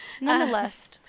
Nonetheless